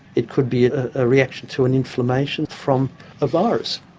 it could be a reaction to an inflammation from a virus,